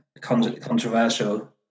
Controversial